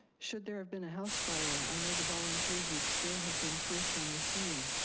should there have been a house fire, i know the volunteers would still have been first on the scene,